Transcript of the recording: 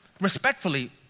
respectfully